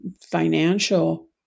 financial